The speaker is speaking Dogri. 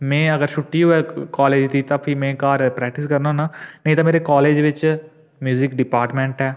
में अगर छुट्टी होऐ कालेज दी तां फ्ही में घर प्रैक्टिस करना होन्नां नेईं ते मेरे कालेज बिच म्यूजिक डिपार्टमैंट ऐ